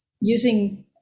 using